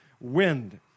wind